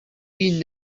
been